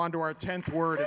on to our tenth word